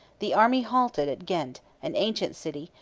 the army halted at ghent, an ancient city,